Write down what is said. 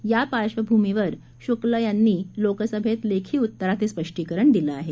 या पार्श्वभूमीवर शुक्ल यांनी लोकसभेत लेखी उत्तरात हे स्पष्टीकरण दिलं आहे